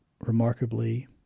remarkably